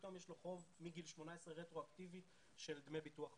פתאום יש לו חוב מגיל 18 רטרואקטיבי של דמי ביטוח לאומי.